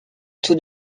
tout